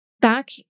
back